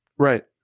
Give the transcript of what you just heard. Right